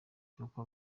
cy’uko